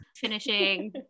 finishing